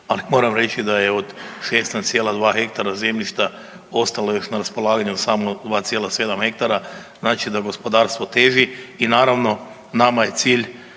ali moram reći da je od 16,2 hektara zemljišta ostalo još na raspolaganju samo 2,7 hektara, znači da gospodarstvo teži i naravno nama je cilj,